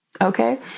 Okay